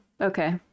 okay